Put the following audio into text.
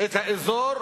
את האזור